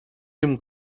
him